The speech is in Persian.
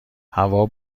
هوا